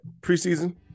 preseason